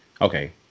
okay